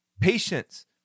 patience